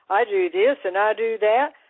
i do do this, and i do that.